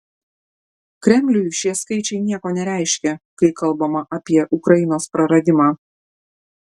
kremliui šie skaičiai nieko nereiškia kai kalbama apie ukrainos praradimą